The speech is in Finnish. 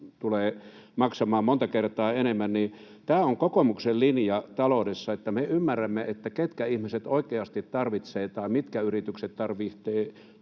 tulee maksamaan monta kertaa enemmän. Tämä on kokoomuksen linja taloudessa, että me ymmärrämme, ketkä ihmiset oikeasti tarvitsevat tai mitkä yritykset tarvitsevat